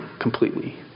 completely